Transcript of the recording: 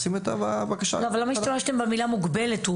למה השתמשתם במילה "מוגבלת"?